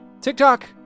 TikTok